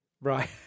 Right